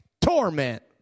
torment